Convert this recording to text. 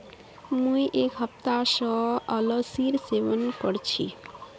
मुई एक हफ्ता स अलसीर सेवन कर छि